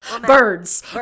Birds